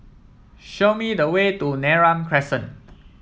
show me the way to Neram Crescent